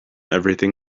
everything